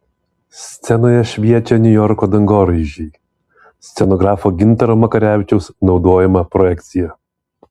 scenoje šviečia niujorko dangoraižiai scenografo gintaro makarevičiaus naudojama projekcija